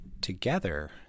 Together